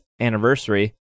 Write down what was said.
anniversary